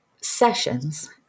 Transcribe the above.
sessions